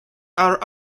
are